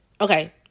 Okay